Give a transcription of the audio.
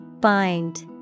Bind